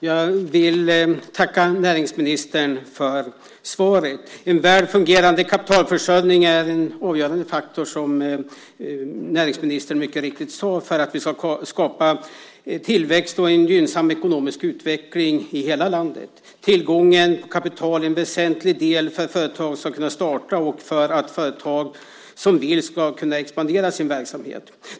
Herr talman! Jag tackar näringsministern för svaret. En väl fungerande kapitalförsörjning är en avgörande faktor, som näringsministern mycket riktigt sade, för att vi ska skapa tillväxt och en gynnsam ekonomisk utveckling i hela landet. Tillgången på kapital är en väsentlig del för att företag ska kunna starta och för att företag som vill ska kunna expandera sin verksamhet.